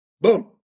Boom